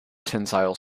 tensile